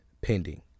pending